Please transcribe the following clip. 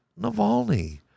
Navalny